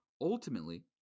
ultimately